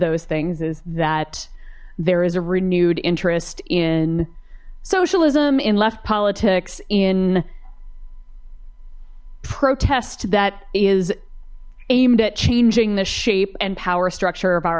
those things is that there is a renewed interest in socialism in left politics in protest that is aimed at changing the shape and power structure of our